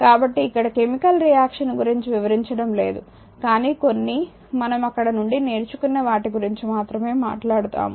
కాబట్టి ఇక్కడ chemical reaction గురించి వివరించడం లేదు కానీ కొన్ని మనం అక్కడ నుండి నేర్చుకున్న వాటి గురించి మాత్రమే మాట్లాడుతాము